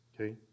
Okay